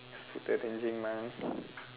still arranging mine